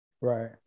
Right